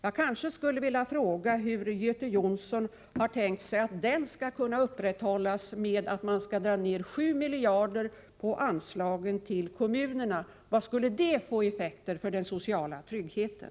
Jag skulle vilja fråga hur Göte Jonsson har tänkt sig att den skall kunna upprätthållas, om man minskar anslagen till kommunerna med 7 miljarder kronor. Vilka effekter skulle detta få när det gäller den sociala tryggheten?